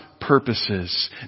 purposes